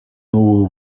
новую